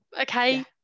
okay